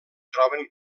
troben